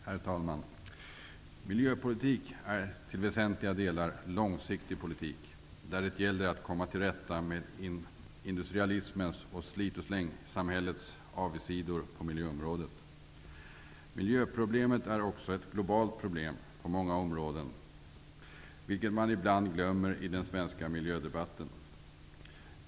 Herr talman! Miljöpolitik är till väsentliga delar långsiktig politik, där det gäller att komma till rätta med industrialismens och slit och slängsamhällets avigsidor på miljöområdet. Miljöproblemet är också ett globalt problem på många områden, vilket man ibland glömmer i den svenska miljödebatten.